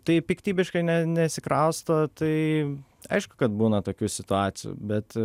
tai piktybiškai ne nesikrausto tai aišku kad būna tokių situacijų bet